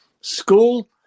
school